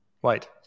white